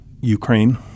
Ukraine